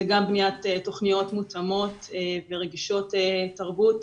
זה גם בניית תוכניות מותאמות ורגישות תרבות,